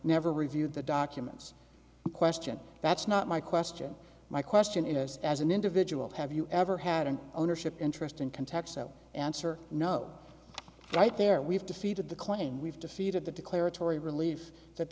never reviewed the documents in question that's not my question my question is as an individual have you ever had an ownership interest in context so answer no right there we've defeated the claim we've defeated the declaratory relief that